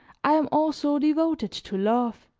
i am also devoted to love.